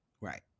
Right